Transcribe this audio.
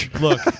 look